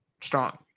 strong